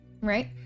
Right